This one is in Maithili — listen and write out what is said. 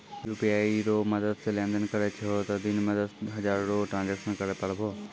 यू.पी.आई रो मदद से लेनदेन करै छहो तें दिन मे दस हजार रो ट्रांजेक्शन करै पारभौ